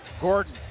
Gordon